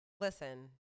Listen